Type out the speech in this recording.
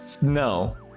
No